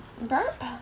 burp